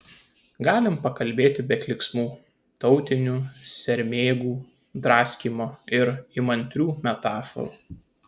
galim pakalbėti be klyksmų tautinių sermėgų draskymo ir įmantrių metaforų